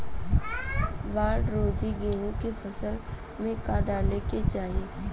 बाढ़ रोधी गेहूँ के फसल में का डाले के चाही?